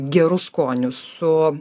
geru skoniu su